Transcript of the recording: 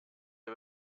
der